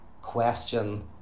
Question